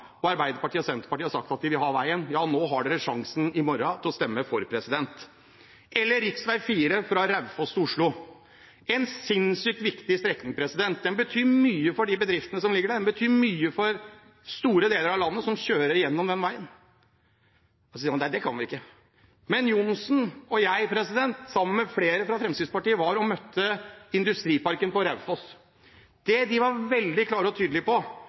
Arbeiderpartiet og Senterpartiet har sagt at de vil ha veien – ja, i morgen har de sjansen til å stemme for. Riksvei 4 fra Raufoss til Oslo er en sinnssykt viktig strekning. Den betyr mye for de bedriftene som ligger der. Den betyr mye for store deler av landet som kjører den veien. Så sier man: Nei, det kan vi ikke. Representanten Johnsen og jeg, sammen med flere fra Fremskrittspartiet, møtte industriparken på Raufoss. Det de var veldig klare og tydelige på,